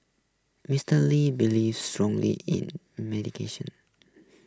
Mister lee believed strongly in medication